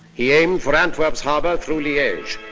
he aimed for antwerps harbor through liege,